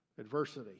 Adversity